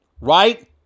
Right